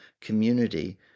community